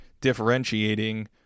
differentiating